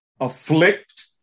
afflict